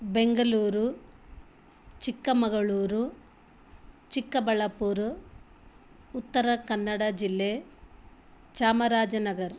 ಬೆಂಗಳೂರು ಚಿಕ್ಕಮಗಳೂರು ಚಿಕ್ಕಬಳ್ಳಾಪುರ ಉತ್ತರಕನ್ನಡ ಜಿಲ್ಲೆ ಚಾಮರಾಜನಗರ